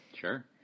Sure